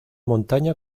montaña